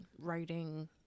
writing